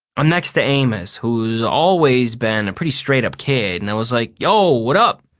i'm next to amos, who's always been a pretty straight-up kid, and i was like, yo, what up?